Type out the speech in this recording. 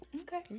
Okay